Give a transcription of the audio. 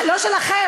לא שלכם,